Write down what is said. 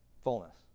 fullness